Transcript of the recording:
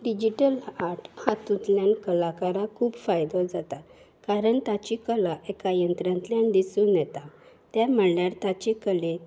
digital art हातूंतल्यान कलाकाराक खूब फायदो जाता कारण ताची कला एका यंत्रांतल्यान दिसून येता ते म्हणल्यार ताचे कलेक